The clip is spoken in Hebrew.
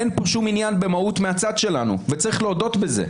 אין כאן שום עניין במהות מהצד שלנו וצריך להודות בכך.